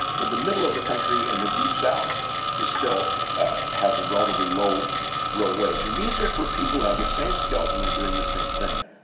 but the middle of the country and the deep south is still has a relatively low real wage. and these are for people who have the same skills and are doing the same thing.